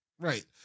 Right